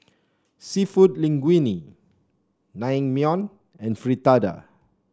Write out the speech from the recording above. seafood Linguine Naengmyeon and Fritada